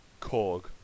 Korg